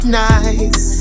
nice